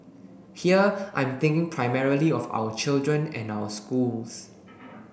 here I'm thinking primarily of our children and our schools